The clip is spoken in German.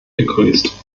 begrüßt